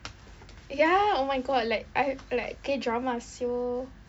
ya oh my god like I have like K drama [siol]